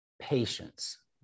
Patience